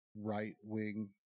right-wing